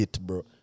bro